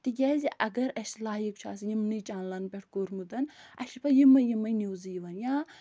تِکیٛازِ اگر اَسہِ لایِک چھُ آسان یِمنٕے چنلَن پٮ۪ٹھ کوٚرمُت اَسہِ چھِ پتہٕ یِمَے یِمَے نِوٕزٕ یِوان یا